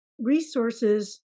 resources